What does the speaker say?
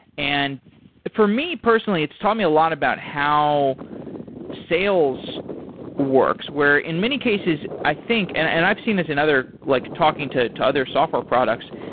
and for me, personally, it's taught me a lot about how sales works. where, in many cases, i think and and i've seen this in other, like talking to to other software products.